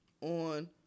on